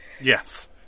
Yes